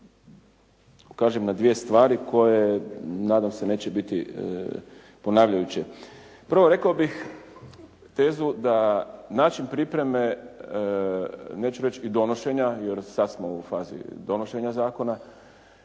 ukažem na dvije stvari koje nadam se neće biti ponavljajuće. Prvo rekao bih tezu da način pripreme neću reći i donošenja jer sad smo u fazi donošenja zakona